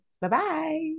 Bye-bye